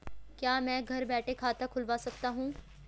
क्या मैं घर बैठे खाता खुलवा सकता हूँ?